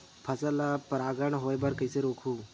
फसल ल परागण होय बर कइसे रोकहु?